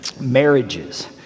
marriages